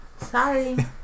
Sorry